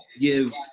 give